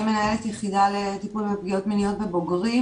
אני מנהלת היחידה לטיפול בפגיעות מיניות בבוגרים